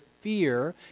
fear